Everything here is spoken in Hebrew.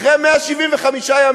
אחרי 175 ימים